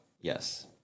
Yes